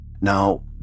Now